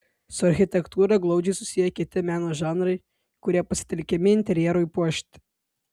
su architektūra glaudžiai susiję kiti meno žanrai kurie pasitelkiami interjerui puošti